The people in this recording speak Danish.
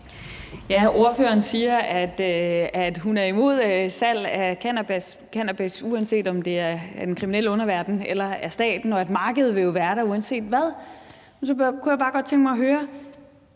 Ordføreren siger, at hun er imod salg af cannabis, uanset om det er i den kriminelle underverden eller af staten, og at markedet jo vil være der uanset hvad. Men så kunne jeg bare godt tænke mig at høre,